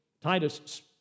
Titus